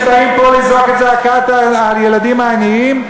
החרדים שבאים פה לזעוק את זעקת הילדים העניים,